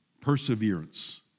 perseverance